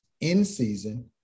in-season